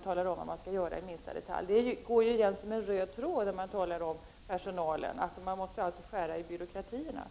talar om vad man skall göra in i minsta detalj. Det går igen som en röd tråd när man talar med personalen. Man måste alltså skära i byråkratierna.